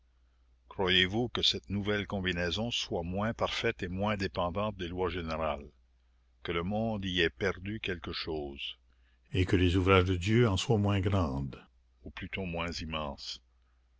croyez-vous que cette nouvelle combinaison soit moins parfaite et moins dépendante des lois générales que le monde y ait perdu quelque chose et que les ouvrages de dieu soient moins grands ou plutôt moins immenses